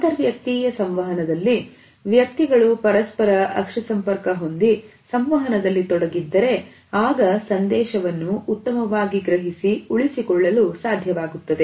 ಅಂತರ್ ವ್ಯಕ್ತೀಯ ಸಂವಹನದಲ್ಲಿ ವ್ಯಕ್ತಿಗಳು ಪರಸ್ಪರ ಅಕ್ಷಿ ಸಂಪರ್ಕ ಹೊಂದಿ ಸಂವಹನದಲ್ಲಿ ತೊಡಗಿದ್ದರೆ ಆಗ ಸಂದೇಶವನ್ನು ಉತ್ತಮವಾಗಿ ಗ್ರಹಿಸಿ ಉಳಿಸಿಕೊಳ್ಳಲು ಸಾಧ್ಯವಾಗುತ್ತದೆ